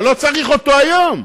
אבל לא צריך אותו היום.